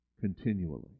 continually